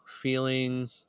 feeling